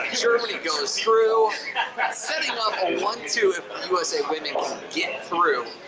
germany goes through setting up a one-two if the usa women get through.